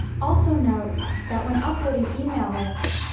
also note that when uploading email lists,